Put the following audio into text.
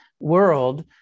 world